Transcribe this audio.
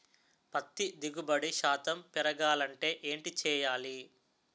పత్తి దిగుబడి శాతం పెరగాలంటే ఏంటి చేయాలి?